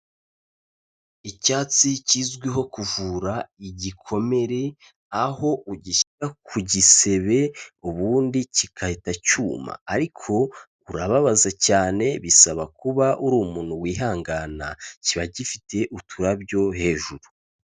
Icyatsi kizwiho kuvura igikomere, aho ugishyira ku gisebe ubundi kigahita cyuma. Ariko urababaza cyane bisaba kuba uri umuntu wihangana, kiba gifite uturabyo hejuru.